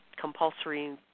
compulsory